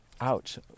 Ouch